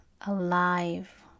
alive